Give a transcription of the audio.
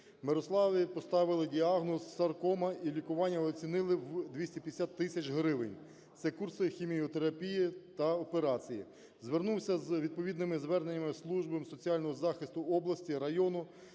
Мирославі поставили діагноз саркома і лікування оцінили в 250 тисяч гривень, це курси хіміотерапії та операції. Звернувся з відповідними зверненнями в служби соціального захисту області, району